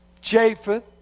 Japheth